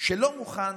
שלא מוכן